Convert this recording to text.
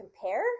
compare